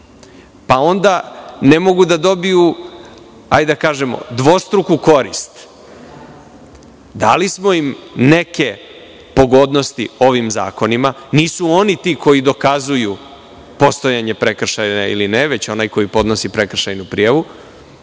pa onda ne mogu da dobiju, da tako kažemo, dvostruku korist. Dali smo im neke pogodnosti ovim zakonima. Nisu oni ti koji dokazuju postojanje prekršaja ili ne, već onaj ko podnosi prekršajnu prijavu.